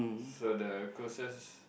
so the closest